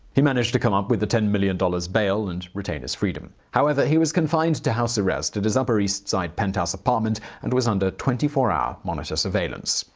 he managed to come up with the ten million dollars bail and retain his freedom. however, he was confined to house arrest at his upper east side penthouse apartment and was under twenty four hour monitor surveillance.